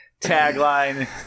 tagline